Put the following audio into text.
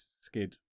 skid